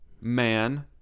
man